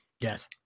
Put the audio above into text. Yes